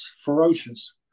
ferocious